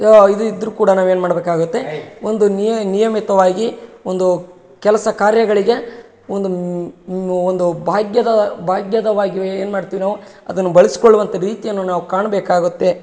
ಯ ಇದು ಇದ್ರು ಕೂಡ ನಾವು ಏನು ಮಾಡಬೇಕಾಗತ್ತೆ ಒಂದು ನಿಯ ನಿಯಮಿತವಾಗಿ ಒಂದು ಕೆಲಸ ಕಾರ್ಯಗಳಿಗೆ ಒಂದು ಒಂದು ಭಾಗ್ಯದ ಭಾಗ್ಯದವಾಗ್ ಏನು ಮಾಡ್ತಿವಿ ನಾವು ಅದನ್ನು ಬಳ್ಸಕೊಳ್ಳುವಂತ ರೀತಿಯನ್ನು ನಾವು ಕಾಣಬೇಕಾಗುತ್ತೆ